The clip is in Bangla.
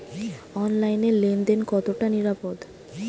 অনলাইনে লেন দেন কতটা নিরাপদ?